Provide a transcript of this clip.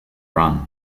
run